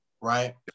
Right